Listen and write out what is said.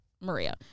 Maria